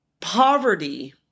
Poverty